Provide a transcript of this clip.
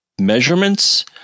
measurements